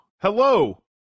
hello